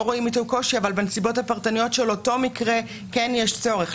רואים איתו קושי אבל בנסיבות הפרטניות של אותו מקרה כן יהיה בו צורך.